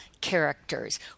characters